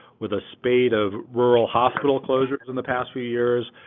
with a spade of rural hospital closures in the past few years,